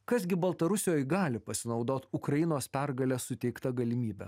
kas gi baltarusijoj gali pasinaudot ukrainos pergalės suteikta galimybe